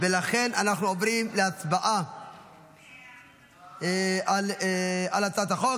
לכן אנחנו עוברים להצבעה על הצעת החוק.